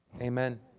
Amen